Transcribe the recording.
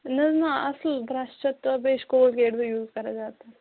نہَ حظ نہَ اَصٕل برٛش چھِ تہٕ بیٚیہِ چھِ کولڈیٹ بیٚیہِ یوٗز کَران زیادٕ تر